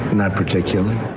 not particular